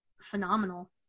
phenomenal